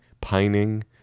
pining